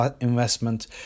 investment